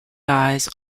lies